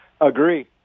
agree